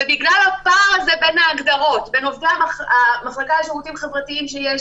ובגלל הפער הזה בין ההגדרות לגבי עובדי המחלקה לשירותים חברתיים שיש